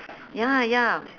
ya ya